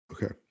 Okay